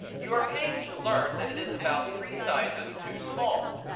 you are pained to learn that it is about three sizes too small.